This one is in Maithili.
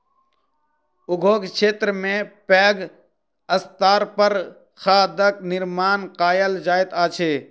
उद्योग क्षेत्र में पैघ स्तर पर खादक निर्माण कयल जाइत अछि